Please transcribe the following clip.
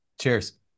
Cheers